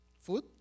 Food